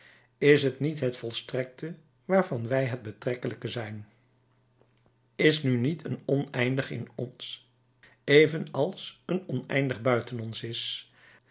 is het niet het volstrekte waarvan wij het betrekkelijke zijn is nu niet een oneindig in ons evenals een oneindig buiten ons is